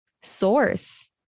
source